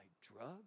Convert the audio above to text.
drugs